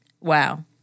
Wow